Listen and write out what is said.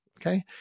Okay